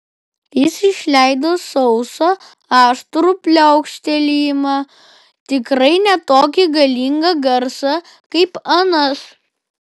jis išleido sausą aštrų pliaukštelėjimą tikrai ne tokį galingą garsą kaip anas